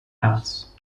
ads